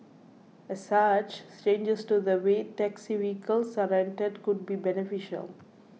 as such changes to the way taxi vehicles are rented could be beneficial